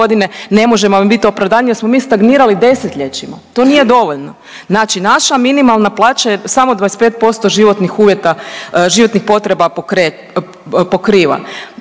g. ne može vam biti opravdanje jer smo mi stagnirali desetljećima. To nije dovoljno. Znači naša minimalna plaća je samo 25% životnih uvjeta, životnih potreba pokriva.